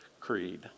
Creed